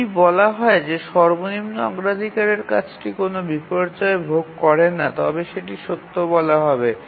যদি বলা হয় যে সর্বনিম্ন অগ্রাধিকারের কাজটি কোনও বিপর্যয় ভোগ করে না তবে সেটি সত্য বলা হবে